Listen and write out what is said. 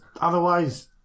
otherwise